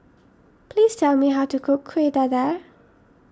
please tell me how to cook Kueh Dadar